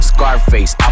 Scarface